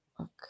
okay